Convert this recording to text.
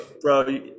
bro